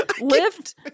lift